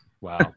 Wow